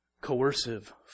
coercive